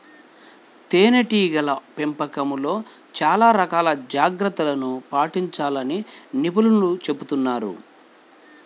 తేనెటీగల పెంపకంలో చాలా రకాల జాగ్రత్తలను పాటించాలని నిపుణులు చెబుతున్నారు